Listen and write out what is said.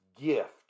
gift